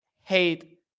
hate